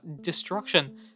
destruction